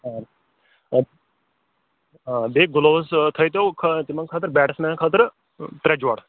آ بیٚیہِ گُلووُز تھٲیِو تو تِمَن خٲطرٕ بیٹٕس مَینَن خٲطرٕ ترٛےٚ جورٕ